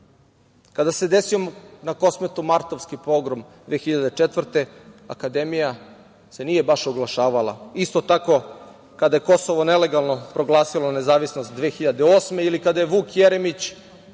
se desio na Kosmetu martovski pogrom 2004. godine, Akademija se nije baš oglašavala. Isto tako, kada je Kosovo nelegalno proglasilo nezavisnost 2008. godine ili kada je Vuk Jeremić,